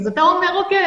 אז אתה אומר אוקיי,